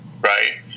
right